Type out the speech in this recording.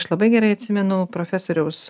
aš labai gerai atsimenu profesoriaus